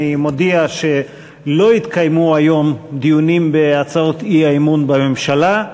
אני מודיע שלא יתקיימו היום דיונים בהצעות אי-אמון בממשלה.